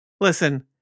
Listen